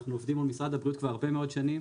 אנחנו עובדים מול משרד הבריאות כבר הרבה מאוד שנים,